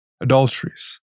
Adulteries